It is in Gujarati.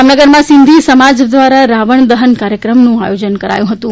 જામનગરમાં સિંધી સમાજ દ્વારા રાવણ દહન કાર્યક્રમનું આયોજન કરાયું હતું